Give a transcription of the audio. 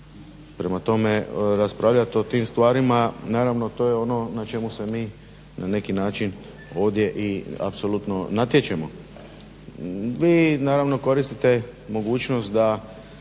Prema tome raspravljat o tim stvarima. Naravno to je ono na čemu se mi na neki način ovdje i apsolutno natječemo. Vi naravno koristite mogućnost da